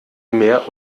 mehr